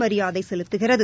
மரியாதை செலுத்துகிறது